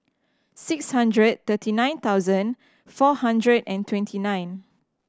six hundred thirty nine thousand four hundred and twenty nine